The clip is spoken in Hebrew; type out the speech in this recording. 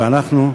ואנחנו,